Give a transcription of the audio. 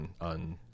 on